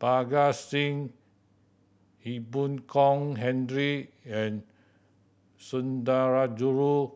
Parga Singh Ee Boon Kong Henry and Sundarajulu